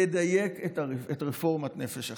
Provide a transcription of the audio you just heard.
לדייק את רפורמת נפש אחת,